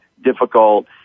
difficult